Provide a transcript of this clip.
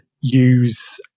use